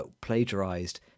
plagiarized